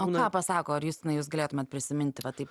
o ką pasako ar justinai jūs galėtumėt prisiminti va taip